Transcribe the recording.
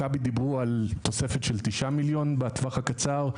מכבי דיברו על תוספת של 9 מיליון בטווח הקצרה,